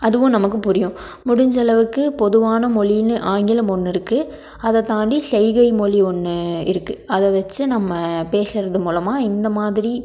அதுவும் நமக்கு புரியும் முடிஞ்சளவுக்கு பொதுவான மொழின்னு ஆங்கிலம் ஒன்று இருக்குது அதை தாண்டி ஷைகை மொழி ஒன்று இருக்குது அதை வச்சு நம்ம பேசுறது மூலமாக இந்த மாதிரி